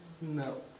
No